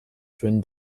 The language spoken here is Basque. zuen